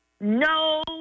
No